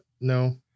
no